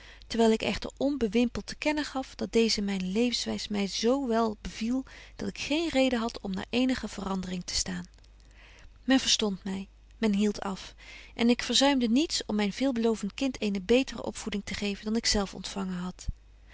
terwyl ik echter onbewimpelt te kennen gaf dat deeze myne levenswys my zo wél beviel dat ik geen reden had om naar eenige verandering te staan men verstondt my men hieldt af en ik verzuimde niets om myn veelbelovent kind eene betere opvoeding te geven dan ik zelf ontfangen had